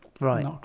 Right